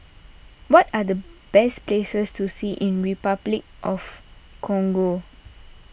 what are the best places to see in Repuclic of Congo